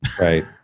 Right